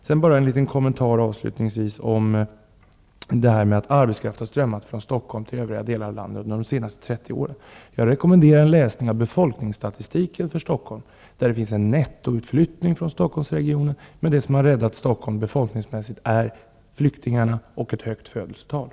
Sedan vill jag avslutningsvis bara göra en liten kommentar om det här med att arbetskraft har strömmat från Stockholm till övriga delar av landet under de senaste 30 åren. Jag rekommenderar en läsning av befolkningsstatistiken för Stockholm, som visar att det har skett en nettoutflyttning från Stockholmsregionen. Det som har räddat Stockholm befolkningsmässigt är flyktingarna och ett högt födelsetal.